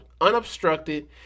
unobstructed